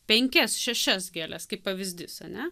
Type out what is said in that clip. penkias šešias gėles kaip pavyzdys ane